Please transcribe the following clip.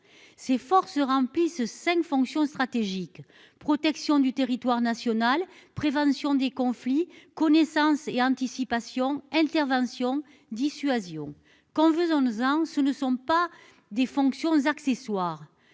ces forces Rimpi ce 5 fonction stratégique protection du territoire national, prévention des conflits connaissance et anticipation, intervention, dissuasion quand vous en disant ce ne sont pas des fonctions accessoires